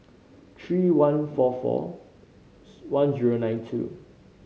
three one four four one zero nine two